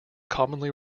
commonly